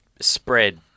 spread